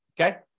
Okay